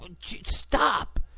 stop